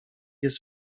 jest